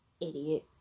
Idiot